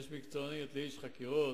יש מקצוענות לאיש חקירות,